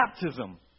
baptism